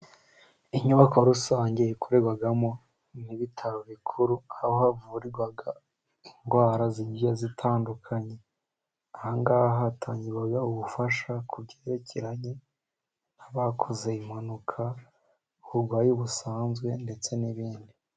Inyubako rusange ikorerwamo n'ibitaro bikuru, aho havurirwa indwara zigiye zitandukanye. Aha ngaha hatangirwa ubufasha ku byerekeranye n'abakoze impanuka, uburwayi busanzwe, ndetse n'ibindi.